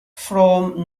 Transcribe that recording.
from